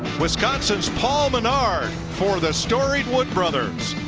wisconsin's paul menard for the story wood brothers,